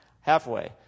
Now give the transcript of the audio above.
Halfway